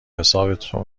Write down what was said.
حسابتو